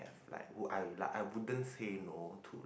like would I wouldn't say no to like